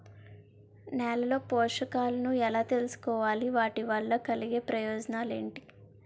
నేలలో పోషకాలను ఎలా తెలుసుకోవాలి? వాటి వల్ల కలిగే ప్రయోజనాలు ఏంటి?